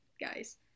guys